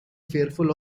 fearful